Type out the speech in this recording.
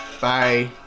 Bye